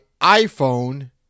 iPhone